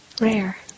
rare